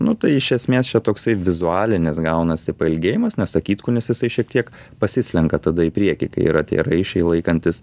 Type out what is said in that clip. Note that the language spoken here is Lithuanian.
nu tai iš esmės čia toksai vizualinis gaunasi pailgėjimas nes akytkūnis jisai šiek tiek pasislenka tada į priekį kai yra tie raiščiai laikantys